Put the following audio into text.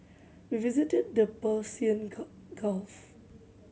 we visited the Persian Gulf